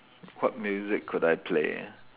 what music could I play